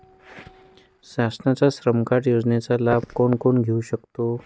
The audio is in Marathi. शासनाच्या श्रम कार्ड योजनेचा लाभ कोण कोण घेऊ शकतो?